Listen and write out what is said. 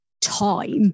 time